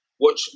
Watch